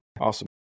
Awesome